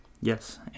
Yes